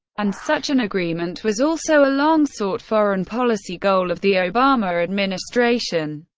and such an agreement was also a long-sought foreign-policy goal of the obama administration.